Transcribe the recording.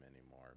anymore